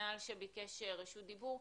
גינל שביקש רשות דיבור.